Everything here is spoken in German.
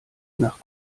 nach